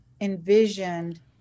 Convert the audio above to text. envisioned